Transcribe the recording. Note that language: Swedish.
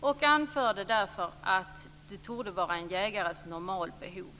och anförde att detta alltså torde vara en jägares normalbehov." Och utredningar fungerar ju på det sättet att de gör en djupdykning i frågorna.